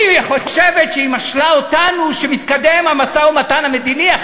והיא חושבת שהיא משלה אותנו שהמשא-ומתן המדיני מתקדם,